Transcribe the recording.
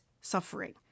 suffering